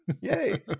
Yay